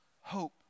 hope